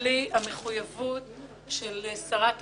בלי המחויבות של שרת המשפטים,